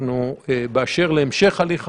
באשר להמשך הליך החקיקה,